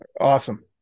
Awesome